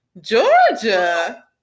Georgia